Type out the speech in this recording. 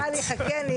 ואז היא אמרה חכה לי.